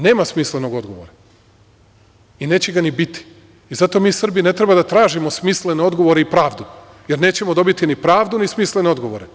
Nema smislenog odgovora i neće ga ni biti i zato mi Srbi ne treba da tražimo smislene odgovore i pravdu, jer nećemo dobiti ni pravdu, ni smislene odgovore.